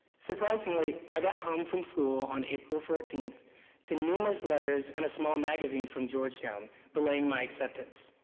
surprisingly, i got home from school on april fourteenth to numerous letters and a small magazine from georgetown relaying my acceptance.